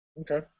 Okay